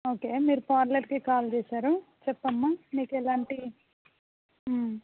okay మీరు పార్లర్కే call చేసారు చెప్పమ్మా మీకు ఎలాంటి